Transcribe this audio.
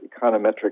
econometric